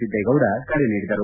ಸಿದ್ದೇಗೌಡ ಕರೆ ನೀಡಿದರು